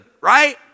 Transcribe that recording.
right